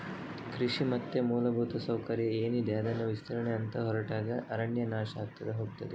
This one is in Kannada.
ಕೃಷಿ ಮತ್ತೆ ಮೂಲಭೂತ ಸೌಕರ್ಯ ಏನಿದೆ ಅದನ್ನ ವಿಸ್ತರಣೆ ಅಂತ ಹೊರಟಾಗ ಅರಣ್ಯ ನಾಶ ಆಗ್ತಾ ಹೋಗ್ತದೆ